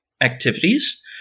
activities